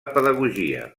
pedagogia